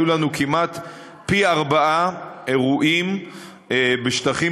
היו לנו כמעט פי-ארבעה אירועים בשטחים